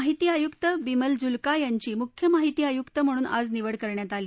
माहिती आयुक्त बिमल जुल्का यांची मुख्य माहिती आयुक्त म्हणून आज निवड करण्यात आली